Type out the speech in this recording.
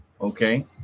Okay